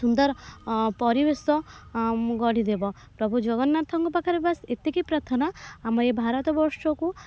ସୁନ୍ଦର ପରିବେଶ ଗଢ଼ିଦେବ ପ୍ରଭୁ ଜଗନ୍ନାଥଙ୍କ ପାଖରେ ବାସ୍ ଏତିକି ପ୍ରାର୍ଥନା ଆମ ଏ ଭାରତ ବର୍ଷକୁ